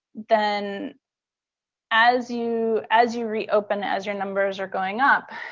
then as you as you reopen, as your numbers are going up,